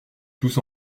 tous